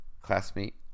classmate